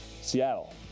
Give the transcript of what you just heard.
Seattle